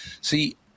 see